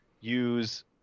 use